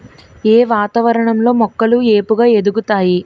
ఏ వాతావరణం లో మొక్కలు ఏపుగ ఎదుగుతాయి?